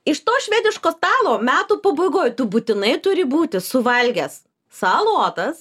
iš to švediško stalo metų pabaigoj tu būtinai turi būti suvalgęs salotas